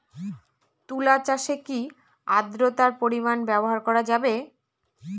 তুলা চাষে কি আদ্রর্তার পরিমাণ ব্যবহার করা যাবে?